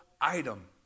item